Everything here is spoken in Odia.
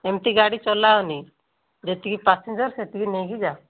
ଏମିତି ଗାଡ଼ି ଚଲାଅନାହିଁ ଯେତିକି ପାସେଞ୍ଜର ସେତିକି ନେଇକି ଯାଅ